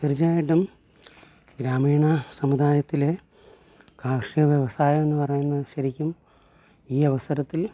തീർച്ചയായിട്ടും ഗ്രാമീണ സമുദായത്തിലെ കാർഷിക വ്യവസായം എന്ന് പറയുന്നത് ശരിക്കും ഈ അവസരത്തിൽ